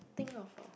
think of a